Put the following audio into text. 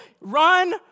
Run